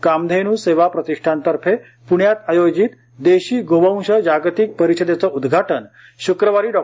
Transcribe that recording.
कामधेनू सेवा प्रतिष्ठानतर्फे पुण्यात आयोजित देशी गोवंश जागतिक परिषदेचे उद्घाटन श्क्रवारी डॉ